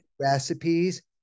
recipes